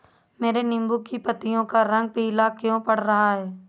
मेरे नींबू की पत्तियों का रंग पीला क्यो पड़ रहा है?